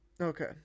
Okay